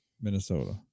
Minnesota